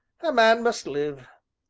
a man must live!